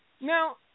Now